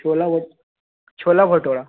छोला भा छोला भटूरा